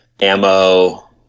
ammo